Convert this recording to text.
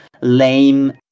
lame